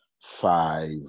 five